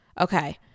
Okay